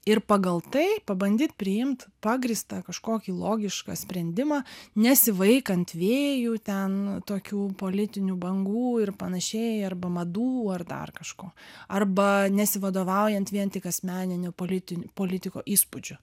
ir pagal tai pabandyt priimt pagrįstą kažkokį logišką sprendimą nesivaikant vėjų ten tokių politinių bangų ir panašiai arba madų ar dar kažko arba nesivadovaujant vien tik asmeninių politinių politiko įspūdžiu